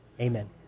Amen